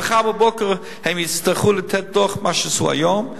מחר בבוקר הם יצטרכו לתת דוח על מה שעשו היום,